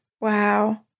Wow